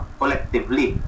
collectively